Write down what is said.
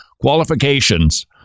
qualifications